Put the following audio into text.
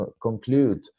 conclude